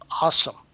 awesome